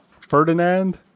Ferdinand